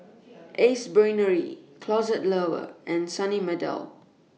Ace Brainery Closet Lover and Sunny Meadow